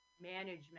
management